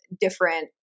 different